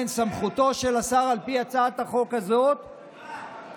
כן, סמכותו של השר על פי הצעת החוק הזאת, שקרן.